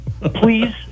Please